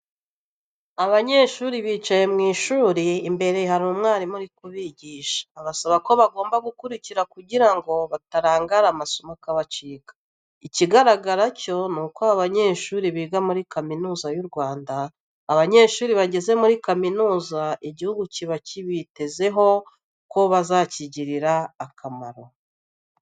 Abanyeshuri bicaye mu ishuri imbere hari umwarimu uri kubigisha, abasaba ko bagomba gukurikira kugira ngo batarangara amasomo akabacika. Ikigaragara cyo ni uko aba banyeshuri biga muri kaminuza y'u Rwanda, abanyeshuri bageze muri kaminuza igihugu kiba kibitezeho ko bazakigirira akamaro.